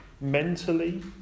mentally